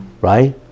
right